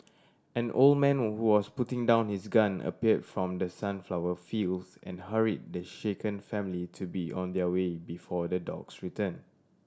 an old man who was putting down his gun appear from the sunflower fields and hurry the shaken family to be on their way before the dogs return